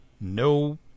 no